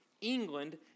England